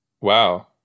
Wow